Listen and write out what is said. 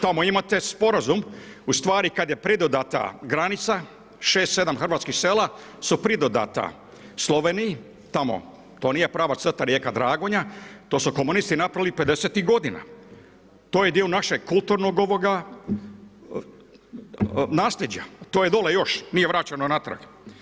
Tamo imate sporazum, ustvari, kada je pridodata granica, 6, 7 hrvatskih sela su pridodata Sloveniji, tamo, to nije prava crta rijeka Dragonja, to su komunisti napravili '50. g. To je dio našeg kulturnog naslijeđa, to je dole još, nije vraćeno natrag.